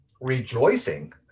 rejoicing